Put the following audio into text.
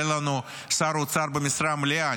שאין לנו שר אוצר במשרה מלאה.